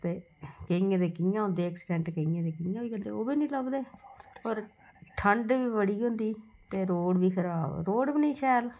ते केइयें दे कि'यां होंदे ऐक्सीडैंट केइयें दे कि'यां होई जंदे ओह् नेईं लभदे होर ठंड बी बड़ी होंदी ते रोड बी खराब रोड बी नेईं शैल